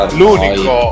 l'unico